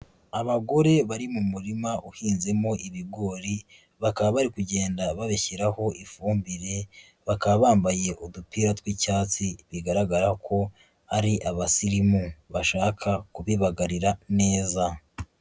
Abagore bari mu murima uhinzemo ibigori, bakaba bari kugenda babishyiraho ifumbire, bakaba bambaye udupira tw'icyatsi, bigaragara ko ari abasirimu, bashaka kubibagarira neza.